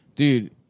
Dude